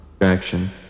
Action